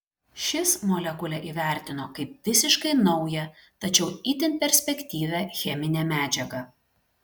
šis molekulę įvertino kaip visiškai naują tačiau itin perspektyvią cheminę medžiagą